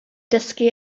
dysgu